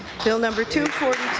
bill number two